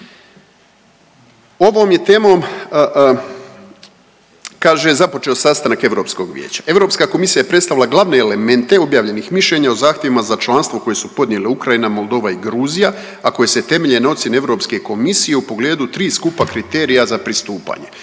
Ovom je temom kaže započeo sastanak Europskog vijeća, Europska komisija je predstavila glavne elemente objavljenih mišljenja o zahtjevima za članstvo koje su podnijele Ukrajina, Moldova i Gruzija, a koja se temelje na ocjeni Europske komisije u pogledu 3 skupa kriterija za pristupanje.